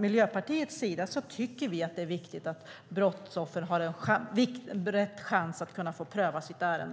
Miljöpartiet tycker att det är viktigt att brottsoffer får chans att pröva sitt ärende.